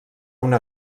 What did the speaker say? una